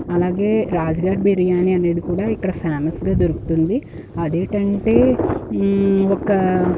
అలాగే రాజుగారి బిర్యానీ అనేది కూడా ఇక్కడ ఫేమస్గా దొరుకుతుంది అదేటంటే ఒక